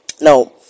Now